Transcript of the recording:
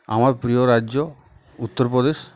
আমার প্রিয় রাজ্য উত্তরপ্রদেশ